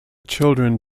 children